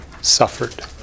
suffered